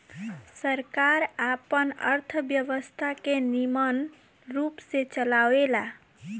सरकार आपन अर्थव्यवस्था के निमन रूप से चलावेला